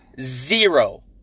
Zero